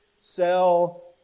Sell